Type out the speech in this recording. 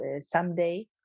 someday